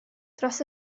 dros